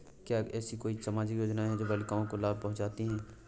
क्या ऐसी कोई सामाजिक योजनाएँ हैं जो बालिकाओं को लाभ पहुँचाती हैं?